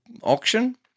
auction